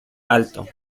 alto